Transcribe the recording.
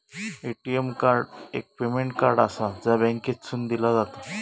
ATM card एक payment card आसा, जा बँकेकडसून दिला जाता